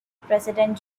president